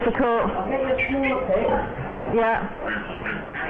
אני חייבת להגיד לא רק בארץ,